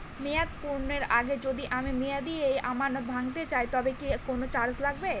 মেয়াদ পূর্ণের আগে যদি আমি মেয়াদি আমানত ভাঙাতে চাই তবে কি কোন চার্জ লাগবে?